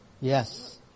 Yes